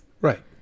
Right